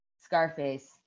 scarface